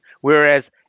whereas